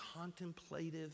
contemplative